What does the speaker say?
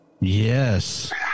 Yes